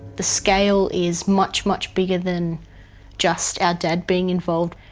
the scale is much, much bigger than just our dad being involved.